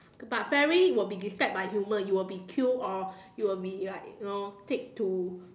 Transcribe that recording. but fairy will be disturbed by human you will be killed or you will be like you know take to